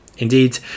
Indeed